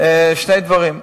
שני דברים.